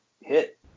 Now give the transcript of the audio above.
hit